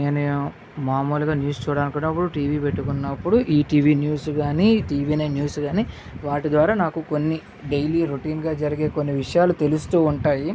anyhow మాములుగా news చూడాలనుకున్నపుడు TV పెట్టుకున్నప్పుడు ఈటీవీ న్యూస్ కానీ టివి నైన్ న్యూస్ కానీ వాటి ద్వారా నాకు కొన్ని డైలీ రొటీన్గా జరిగే కొన్ని విషయాలు తెలుస్తూ ఉంటాయి